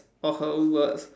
or her own words